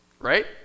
Right